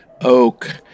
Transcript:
oak